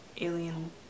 alien